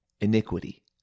iniquity